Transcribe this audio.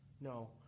No